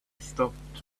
stopped